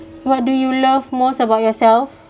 what do you love most about yourself